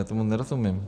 Já tomu nerozumím.